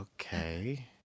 Okay